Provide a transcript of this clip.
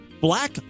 Black